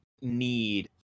need